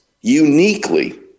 uniquely